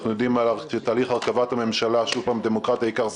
אנחנו יודעים שתהליך הרכבת הממשלה ייקח זמן,